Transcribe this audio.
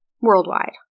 Worldwide